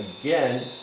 again